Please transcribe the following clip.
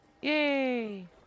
Yay